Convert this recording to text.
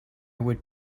would